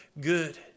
good